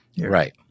Right